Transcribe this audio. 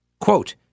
quote